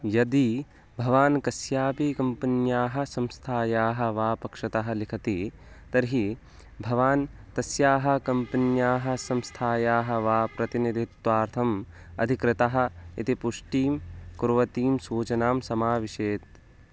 यदि भवान् कस्यापि कम्पन्याः संस्थायाः वा पक्षतः लिखति तर्हि भवान् तस्याः कम्पन्याः संस्थायाः वा प्रतिनिधित्वार्थम् अधिकृतः इति पुष्टिं कुर्वतीं सूचनां समाविशेत्